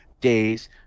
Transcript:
days